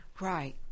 Right